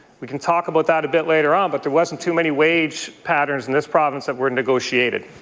we can talk about that a bill later on, but there wasn't too many wage patterns in this province that were negotiated.